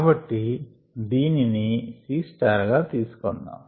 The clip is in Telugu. కాబట్టి దీనిని Cగా తీసుకోమందాం